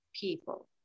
people